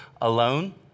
alone